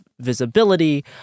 visibility